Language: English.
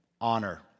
honor